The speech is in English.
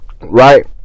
right